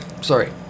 Sorry